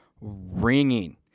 ringing